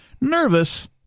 nervous